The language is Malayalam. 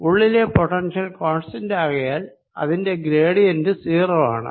ഉള്ളിലെ പൊട്ടൻഷ്യൽ കോൺസ്റ്റന്റ് ആകയാൽ അതിന്റെ ഗ്രേഡിയൻറ് 0 ആണ്